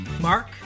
Mark